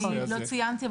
אני לא ציינתי,